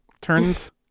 Turns